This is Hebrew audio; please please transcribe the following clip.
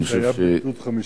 אני חושב, זה היה בגדוד 51?